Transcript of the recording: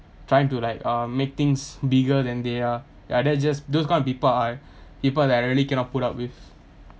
trying to like uh make things bigger than they are ah they just those kind of people are people that I really cannot put up with